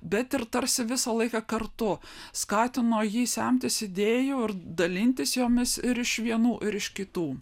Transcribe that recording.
bet ir tarsi visą laiką kartu skatino jį semtis idėjų ir dalintis jomis ir iš vienų ir iš kitų